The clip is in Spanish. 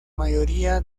mayoría